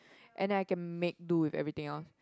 and I can make do with everything else